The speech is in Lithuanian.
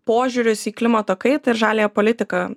požiūris į klimato kaitą ir žaliąją politiką